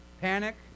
Panic